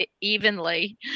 evenly